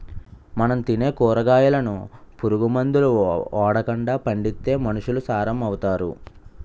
మనం తినే కూరగాయలను పురుగు మందులు ఓడకండా పండిత్తే మనుసులు సారం అవుతారు